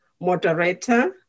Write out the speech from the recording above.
moderator